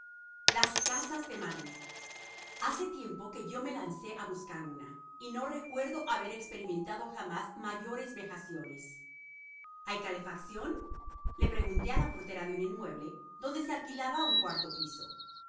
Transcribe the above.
las casas de madrid hace tiempo que yo me lancé a buscar una y no recuerdo haber experimentado jamás mayores vejaciones hay calefacción le pregunté a la portera de un inmueble donde se alquilaba un cuarto piso